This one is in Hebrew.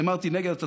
אמרתי נגד?